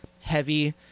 heavy